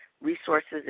resources